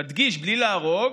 תדגיש, בלי להרוג,